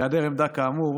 בהיעדר עמדה כאמור,